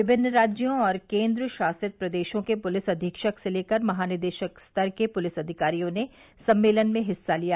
विभिन्न राज्यों और केन्द्र शासित प्रदेशों के पुलिस अधीक्षक से लेकर महानिदेशक स्तर के पुलिस अधिकारियों ने सम्मेलन में हिस्सा लिया